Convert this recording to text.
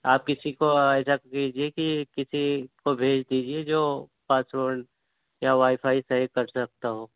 آپ کسی کو ایسا بھیجیے کہ کسی کو بھیج دیجیے جو پاس ورڈ یا وائی فائی صحیح کر سکتا ہو